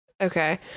Okay